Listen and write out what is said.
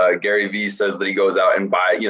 ah gary v says that he goes out and buy, y'know,